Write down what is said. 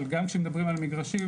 אבל גם כשמדברים על מגרשים,